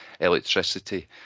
electricity